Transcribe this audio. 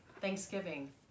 Thanksgiving